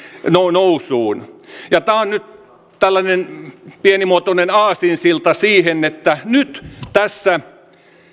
nousuun tämä on nyt tällainen pienimuotoinen aasinsilta siihen että nyt tässä